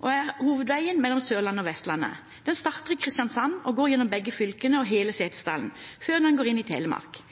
og den er hovedveien mellom Sørlandet og Vestlandet. Den starter i Kristiansand og går gjennom begge fylkene og hele Setesdalen før den går inn i Telemark.